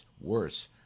worse